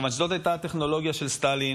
מכיוון שזאת הייתה הטכנולוגיה של סטלין